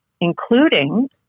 including